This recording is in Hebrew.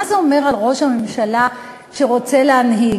מה זה אומר על ראש הממשלה שרוצה להנהיג?